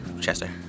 Chester